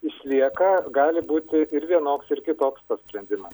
išlieka gali būti ir vienoks ir kitoks tas sprendima